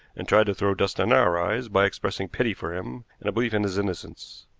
and tried to throw dust in our eyes by expressing pity for him and a belief in his innocence.